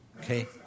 Okay